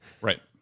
right